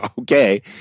okay